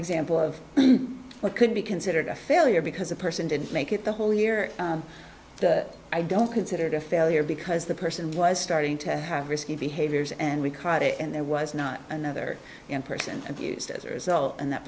example of what could be considered a failure because a person didn't make it the whole year i don't consider it a failure because the person was starting to have risky behaviors and we caught it and there was not another person abused as a result and that